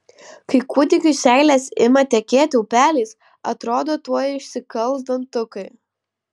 kai kūdikiui seilės ima tekėti upeliais atrodo tuoj išsikals dantukai